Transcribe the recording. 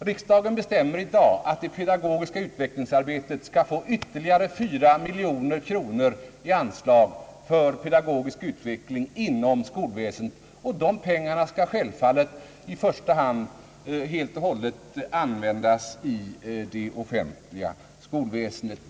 Riksdagen bestämmer i dag att till det pedagogiska utvecklingsarbetet skall anvisas ytterligare 4 miljoner kronor i anslag för pedagogisk utveckling inom skolväsendet, och dessa pengar bör självfallet helt och hållet användas i det offentliga skolväsendet.